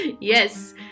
Yes